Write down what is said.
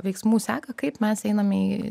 veiksmų seką kaip mes einame į